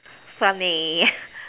funny